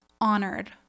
honored